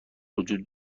وجود